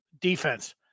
defense